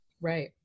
Right